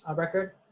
ah record.